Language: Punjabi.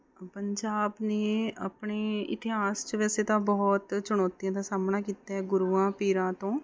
ਪੰਜਾਬ ਨੇ ਆਪਣੇ ਇਤਿਹਾਸ 'ਚ ਵੈਸੇ ਤਾਂ ਬਹੁਤ ਚੁਣੌਤੀਆਂ ਦਾ ਸਾਹਮਣਾ ਕੀਤਾ ਹੈ ਗੁਰੂਆਂ ਪੀਰਾਂ ਤੋਂ